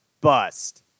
bust